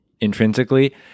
intrinsically